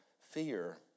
Fear